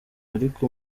ariko